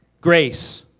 grace